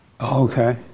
Okay